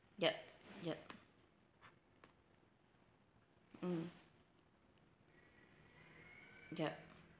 yup yup mm yup